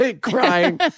Crying